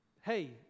hey